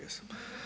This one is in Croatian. Jesam.